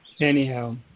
Anyhow